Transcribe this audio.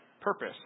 purpose